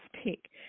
speak